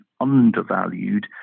undervalued